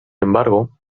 embargo